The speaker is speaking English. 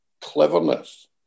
cleverness